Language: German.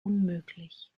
unmöglich